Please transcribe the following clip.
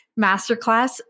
Masterclass